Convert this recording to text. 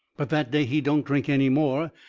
but that day he don't drink any more,